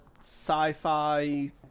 sci-fi